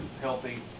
healthy